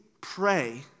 pray